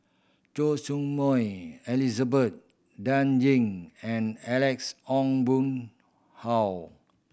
Choy Su Moi Elizabeth Dan Ying and Alex Ong Boon Hau